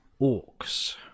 Orcs